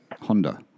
Honda